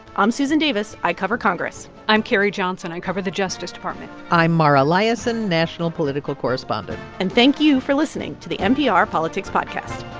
i'm susan davis. i cover congress i'm carrie johnson. i cover the justice department i'm mara liasson, national political correspondent and thank you for listening to the npr politics podcast